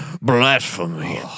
blasphemy